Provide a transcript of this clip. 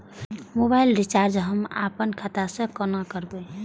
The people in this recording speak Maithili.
मोबाइल रिचार्ज हम आपन खाता से कोना करबै?